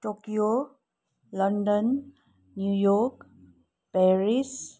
Tokyo London New York Paris